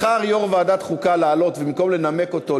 בחר יושב-ראש ועדת חוקה לעלות ובמקום לנמק אותו,